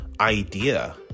idea